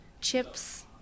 chips